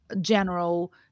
general